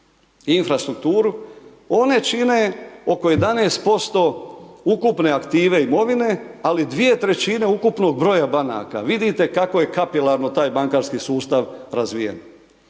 infrastrukturu, one čine oko 11% ukupne aktive imovine, ali 2/3 ukupnog broja banaka. Vidite kako je kapilarno taj bankarski sustav razvijen.